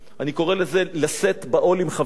אני קורא לזה "לשאת בעול עם חברו",